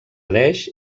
desh